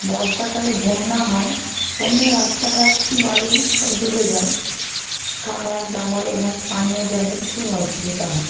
বর্ষাকালে বন্যা হয় বন্যায় রাস্তাঘাট বাড়ি সব ডুবে যায় খাবার দাবার এবং পানীয় জলের খুব অসুবিধা হয়